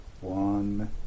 one